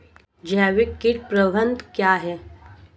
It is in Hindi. जैविक कीट प्रबंधन क्या है?